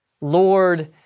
Lord